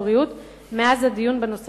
אושר על-ידי משרד הבריאות במטרה לחסן